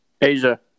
asia